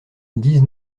dix